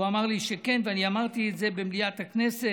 הוא אמר לי שכן ואני אמרתי את זה במליאת הכנסת.